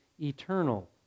eternal